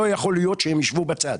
ולומר שלא יכול להיות שהם ישבו בצד.